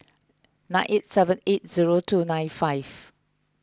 nine eight seven eight zero two nine five